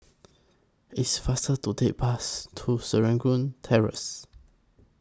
It's faster to Take Bus to Serangoon Terrace